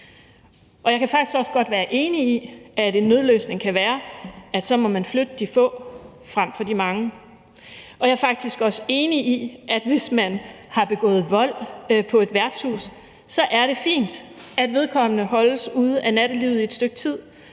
Jeg kan faktisk også godt være enig i, at en nødløsning kan være, at så må man flytte de få frem for de mange. Og jeg er faktisk også enig i, at hvis man har begået vold på et værtshus, er det fint, at vedkommende holdes ude af nattelivet i et stykke tid.